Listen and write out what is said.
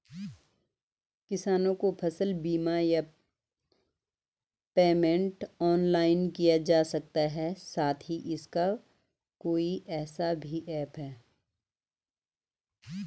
किसानों को फसल बीमा या पेमेंट ऑनलाइन किया जा सकता है साथ ही इसका कोई ऐप भी है?